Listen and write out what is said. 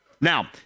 Now